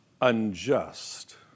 unjust